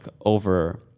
over